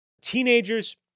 teenagers